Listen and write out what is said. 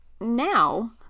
now